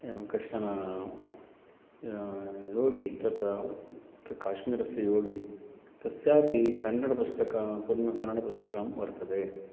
एवं कश्चन योगी तत्र कः काश्मीरस्य योगी तस्यापि कन्नडपुस्तकं पुनः कन्नडपुस्तकं वर्तते